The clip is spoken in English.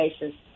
basis